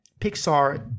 Pixar